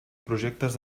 projectes